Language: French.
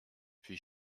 puis